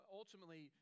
ultimately